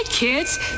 Kids